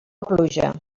pluja